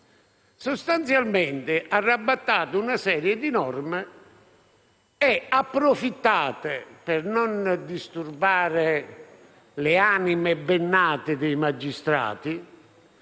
sostanzialmente arrabattate una serie di norme e ve ne approfittate, per non disturbare le anime ben nate dei magistrati,